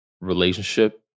relationship